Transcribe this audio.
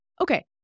Okay